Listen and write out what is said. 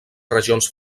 regions